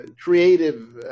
creative